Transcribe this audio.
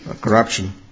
corruption